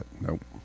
Nope